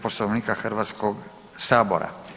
Poslovnika Hrvatskoga sabora.